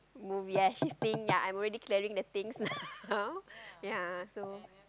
move ya she's staying I'm already clearing the things now ya so